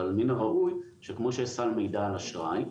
אבל מן הראוי שכמו שיש סל מידע על אשראי,